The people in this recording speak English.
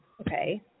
Okay